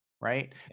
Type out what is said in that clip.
right